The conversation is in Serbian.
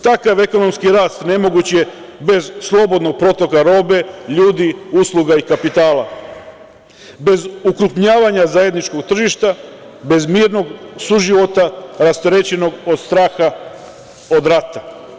Takav ekonomski rast nemoguć je bez slobodnog protoka robe, ljudi, usluga i kapitala, bez ukrupnjavanja zajedničkog tržišta, bez mirnog suživota, rasterećenog od straha od rata.